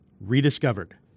rediscovered